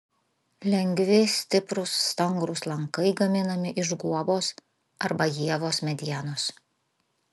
lengvi stiprūs stangrūs lankai gaminami iš guobos arba ievos medienos